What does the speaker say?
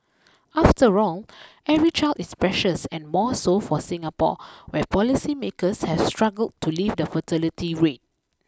after all every child is precious and more so for Singapore where policymakers has struggled to lift the fertility rate